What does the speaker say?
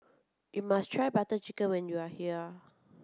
you must try Butter Chicken when you are here